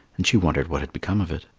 and she wondered what had become of it.